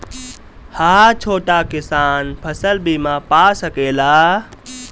हा छोटा किसान फसल बीमा पा सकेला?